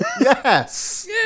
Yes